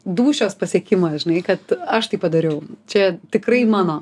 dūšios pasiekimas žinai kad aš tai padariau čia tikrai mano